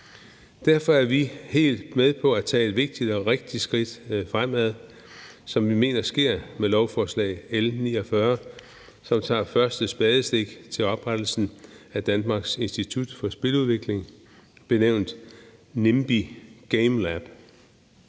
Derfor er vi helt med på at tage et vigtigt og rigtigt skridt fremad, hvilket vi mener sker med lovforslag L 49, hvormed der tages det første spadestik til oprettelsen af Danmarks Institut for Spiludvikling benævnt Nimbi Gamelab.